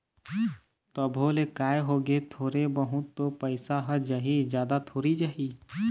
तभो ले काय होगे थोरे बहुत तो पइसा ह जाही जादा थोरी जाही